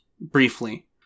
briefly